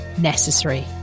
necessary